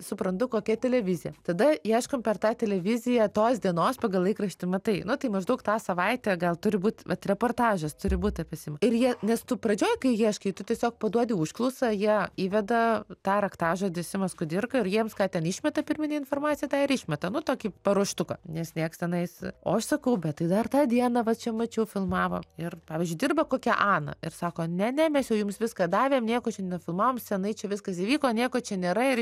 suprantu kokia televizija tada ieškom per tą televiziją tos dienos pagal laikraštį matai nu tai maždaug tą savaitę gal turi būt vat reportažas turi būt apie simą ir jie nes tu pradžioj kai ieškai tu tiesiog paduodi užklausą jie įveda tą raktažodį simas kudirka ir jiems ką ten išmeta pirminė informacija tą ir išmeta nu tokį paruoštuką nes nieks tenais o aš sakau bet tai dar tą dieną va čia mačiau filmavo ir pavyzdžiui dirba kokia ana ir sako ne ne mes jau jums viską davėm nieko čia nenufilmavom seniai čia viskas įvyko nieko čia nėra ir